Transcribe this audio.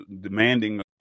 demanding